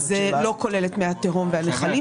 לא כולל את מי התהום והנחלים.